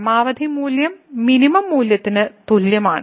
പരമാവധി മൂല്യം മിനിമം മൂല്യത്തിന് തുല്യമാണ്